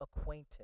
acquainted